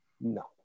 no